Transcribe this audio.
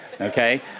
okay